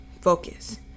focus